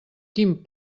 quin